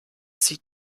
sieht